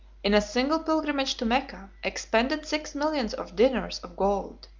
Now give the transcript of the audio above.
in a single pilgrimage to mecca, expended six millions of dinars of gold.